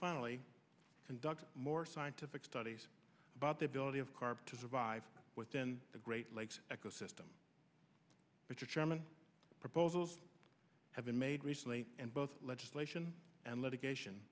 finally conduct more scientific studies about the ability of carb to survive within the great lakes echo system richard sherman proposals have been made recently and both legislation and litigation